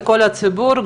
לכל הציבור,